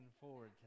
forward